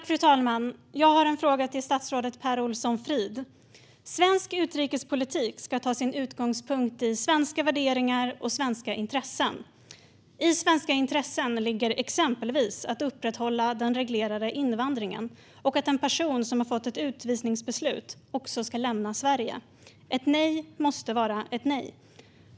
Fru talman! Jag har en fråga till statsrådet Per Olsson Fridh. Svensk utrikespolitik ska ta sin utgångspunkt i svenska värderingar och svenska intressen. I svenska intressen ligger exempelvis att upprätthålla den reglerade invandringen och att en person som har fått ett utvisningsbeslut också ska lämna Sverige. Ett nej måste vara ett nej.